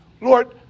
Lord